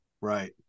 Right